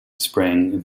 sprang